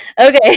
Okay